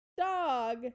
dog